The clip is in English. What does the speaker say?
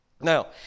Now